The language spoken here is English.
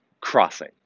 Crossing